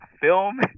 film